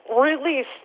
release